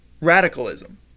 radicalism